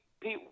Pete